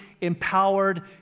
empowered